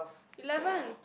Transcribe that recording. eleven